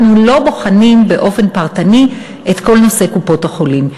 אנחנו לא בוחנים באופן פרטני את כל נושא קופות-החולים.